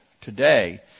today